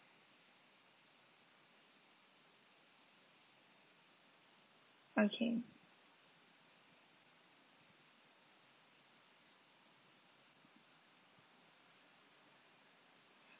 okay